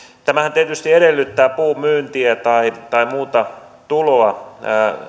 tämähän tietysti edellyttää puun myyntiä tai tai muuta tuloa